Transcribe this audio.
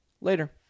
Later